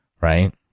right